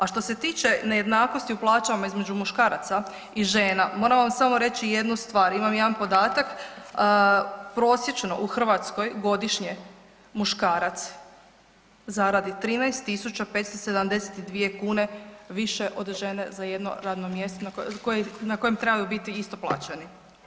A što se tiče nejednakosti u plaćama između muškaraca i žena moram vam samo reći jednu stvar, imam jedan podatak prosječno u Hrvatskoj godišnje muškarac zaradi 13.572 kune više od žene za jedno radno mjesto na kojem trebaju biti isto plaćeni.